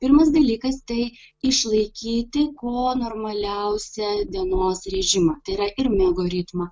pirmas dalykas tai išlaikyti kuo normaliausią dienos režimą tai yra ir miego ritmą